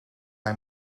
hij